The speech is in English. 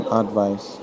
advice